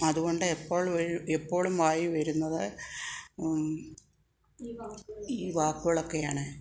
അതുകൊണ്ട് എപ്പോഴും എപ്പോളും വായിൽ വരുന്നത് ഈ വാക്കുകളൊക്കെയാണ്